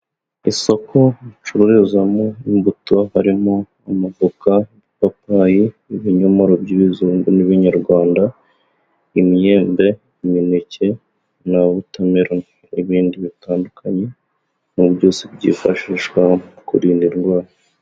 Isoko bacururizamo imbuto harimo amavoka, ipapayi n'ibinyomoro by'ibizungu n'ibinyarwanda. Imyembe, imineke na wotameroni n'ibindi bitandukanye muri byose byifashishwa mu kurinda indwara.